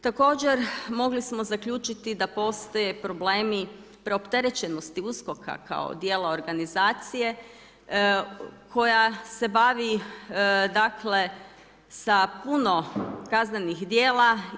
Također mogli smo zaključiti da postoje problemi preopterećenosti USKOK-a kao dijela organizacije koja se bavi, dakle sa puno kaznenih djela.